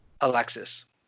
Alexis